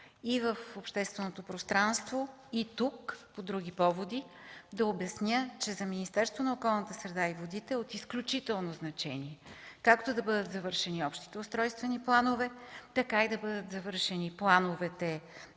и в общественото пространство, и тук по други поводи да обясня, че за Министерството на околната среда и водите е от изключително значение както да бъдат завършени общите устройствени планове, така и да бъдат завършени заповедите